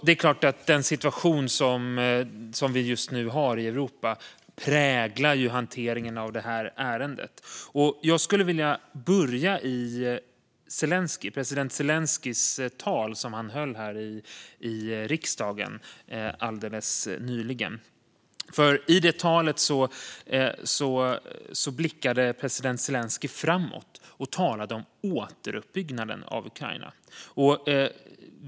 Det är klart att situationen i Europa just nu präglar hanteringen av detta ärende. Jag skulle vilja börja i det tal som president Zelenskyj höll här i riksdagen alldeles nyligen. I talet blickade president Zelenskyj framåt och talade om återuppbyggnaden av Ukraina.